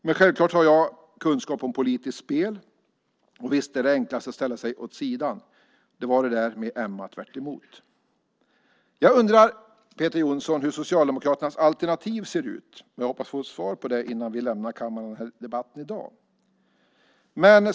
Men självklart har jag kunskap om politiskt spel. Och visst är det enklast att ställa sig åt sidan - det var det där med Emma Tvärtemot . Jag undrar, Peter Jonsson, hur Socialdemokraternas alternativ ser ut. Jag hoppas på att få ett svar i debatten här i dag.